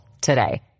today